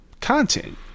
content